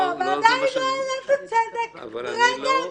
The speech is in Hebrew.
והוועדה היא לא --- אבל אני לא --- רגע,